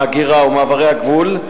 ההגירה ומעברי הגבול,